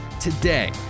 today